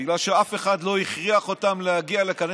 בגלל שאף אחד לא הכריח אותם להגיע לכאן.